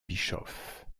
bischoff